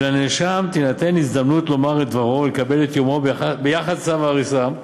ולנאשם תינתן הזדמנות לומר את דברו ולקבל את יומו ביחס לצו ההריסה.